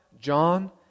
John